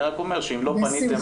אני רק אומר שאם לא פניתם,